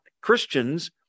Christians